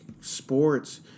sports